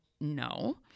No